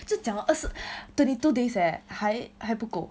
就讲了二十 twenty two days eh 还还不够